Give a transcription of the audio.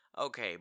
okay